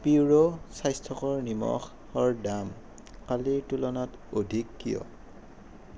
পিউৰো স্বাস্থ্যকৰ নিমখ দাম কালিৰ তুলনাত অধিক কিয়